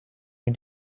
you